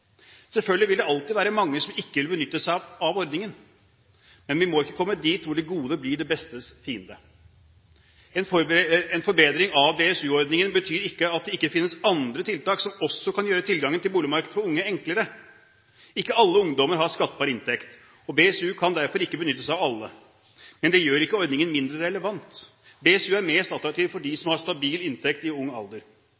Selvfølgelig vil det alltid være mange som ikke vil benytte seg av ordningen, men vi må ikke komme dit hen at det gode blir det bestes fiende. En forbedring av BSU-ordningen betyr ikke at det ikke finnes andre tiltak som også kan gjøre tilgangen til boligmarkedet for unge enklere. Ikke alle ungdommer har skattbar inntekt, og BSU kan derfor ikke benyttes av alle. Men det gjør ikke ordningen mindre relevant. BSU er mest attraktiv for